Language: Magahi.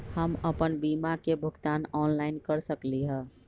हम अपन बीमा के भुगतान ऑनलाइन कर सकली ह?